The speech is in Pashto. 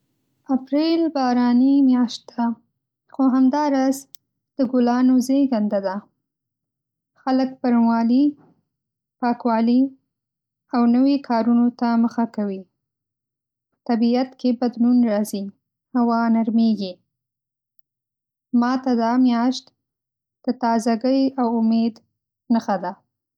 اپریل باراني میاشت ده، خو همداراز د ګلانو زیږنده ده. خلک بڼوالي، پاکوالي، او نوې کارونو ته مخه کوي. په طبیعت کې بدلون راځي، هوا نرمېږي. ما ته دا میاشت د تازه‌ګۍ او امید نښه ده.